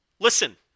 Listen